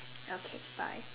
okay bye